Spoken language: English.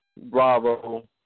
Bravo